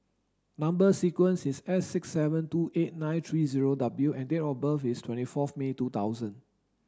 number sequence is S six seven two eight nine three zero W and date of birth is twenty forth May two thousand